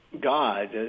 God